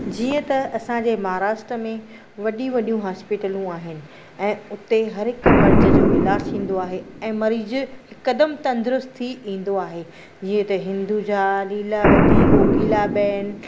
जीअं त असांजे महाराष्ट्र में वॾी वॾियूं हास्पिटलूं आहिनि ऐं उते हर हिक मर्ज जो इलाजु थींदो आहे ऐं मरीज़ हिकदमि तंदरुस्त थी ईंदो आहे जीअं त हिंदूजा लीलावती कोकिला बेन